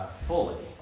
Fully